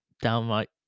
downright